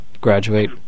Graduate